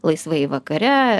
laisvai vakare